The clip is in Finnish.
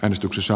äänestyksessä